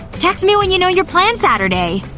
text me when you know your plans saturday!